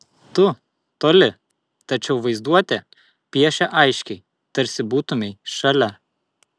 tu toli tačiau vaizduotė piešia aiškiai tarsi būtumei šalia